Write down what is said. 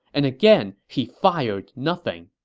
and again he fired nothing.